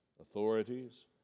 authorities